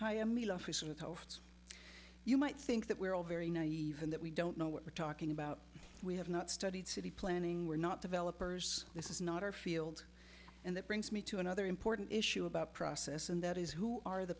posts you might think that we're all very naive in that we don't know what we're talking about we have not studied city planning we're not developers this is not our field and that brings me to another important issue about process and that is who are the